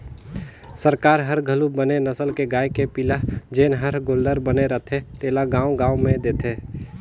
सरकार हर घलो बने नसल के गाय के पिला जेन हर गोल्लर बने रथे तेला गाँव गाँव में देथे